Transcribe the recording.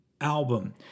Album